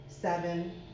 seven